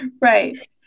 Right